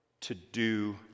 to-do